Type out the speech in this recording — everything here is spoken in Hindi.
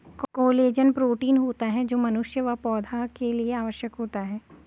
कोलेजन प्रोटीन होता है जो मनुष्य व पौधा के लिए आवश्यक होता है